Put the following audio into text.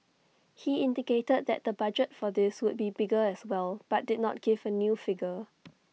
he indicated that the budget for this would be bigger as well but did not give A new figure